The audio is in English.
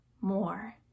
more